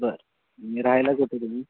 बरं आणि राहायला कुठे तुम्ही